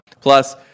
Plus